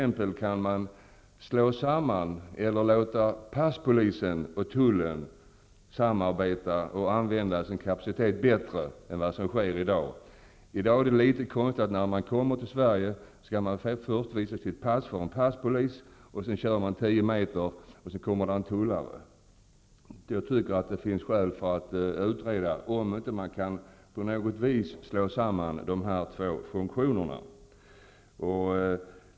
Man kan t.ex. låta passpolisen och tullen samarbeta och använda sin kapacitet bättre än i dag. Det är nu litet konstigt att när man kommer till Sverige skall man först visa sitt pass för en passpolis, sedan köra tio meter -- och så kommer det en tullare. Jag tycker att det finns skäl att utreda om man inte på något vis kan slå samman de här två funktionerna.